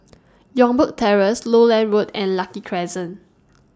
Youngberg Terrace Lowland Road and Lucky Crescent